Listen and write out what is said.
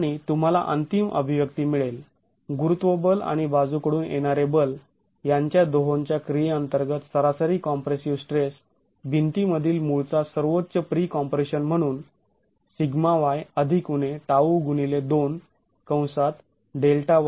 आणि तुम्हाला अंतिम अभिव्यक्ती मिळेल गुरुत्व बल आणि बाजू कडून येणारे बल यांच्या दोहोंच्या क्रिये अंतर्गत सरासरी कम्प्रेसिव स्ट्रेस भिंतीमधील मूळचा सर्वोच्च प्री कॉम्प्रेशन म्हणून